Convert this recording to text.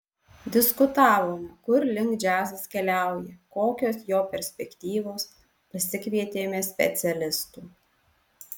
diskutavome kur link džiazas keliauja kokios jo perspektyvos pasikvietėme specialistų